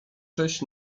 cześć